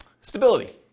stability